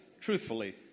truthfully